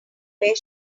where